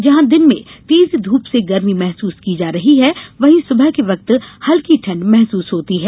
जहां दिन में तेज धूप से गर्मी महसूस की जा रही है वहीं सुबह के वक्त हल्की ठंड महसूस होती है